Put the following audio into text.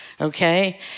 okay